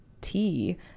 tea